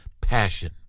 passion